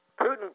Putin